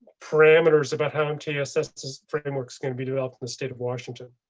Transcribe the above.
parameters about how mtss frameworks going to be developed in the state of washington.